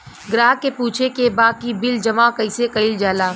ग्राहक के पूछे के बा की बिल जमा कैसे कईल जाला?